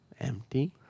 empty